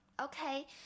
Okay